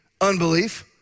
Unbelief